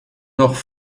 noch